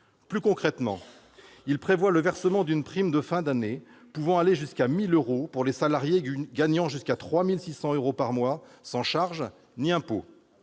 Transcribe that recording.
Plus concrètement, cet article prévoit le versement d'une prime de fin d'année pouvant aller jusqu'à 1 000 euros, pour les salariés gagnant jusqu'à 3 600 euros par mois, sans charges ni impôt